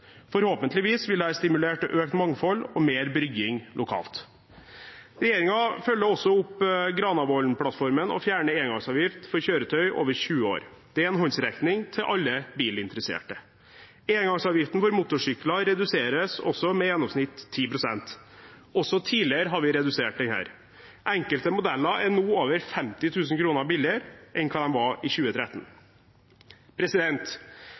Forhåpentligvis vil dette stimulere til økt mangfold og mer brygging lokalt. Regjeringen følger også opp Granavolden-plattformen og fjerner engangsavgift for kjøretøy over 20 år. Det er en håndsrekning til alle bilinteresserte. Engangsavgiften for motorsykler reduseres også med i gjennomsnitt 10 pst. Også tidligere har vi redusert denne. Enkelte modeller er nå over 50 000 kr billigere enn hva de var i 2013.